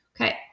Okay